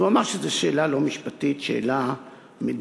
כי הוא אמר שזו שאלה לא משפטית, שאלה מדינית,